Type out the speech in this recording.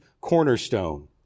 cornerstone